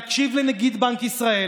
להקשיב לנגיד בנק ישראל,